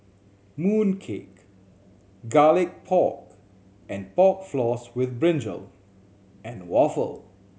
mooncake Garlic Pork and Pork Floss with brinjal and waffle